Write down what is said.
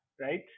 Right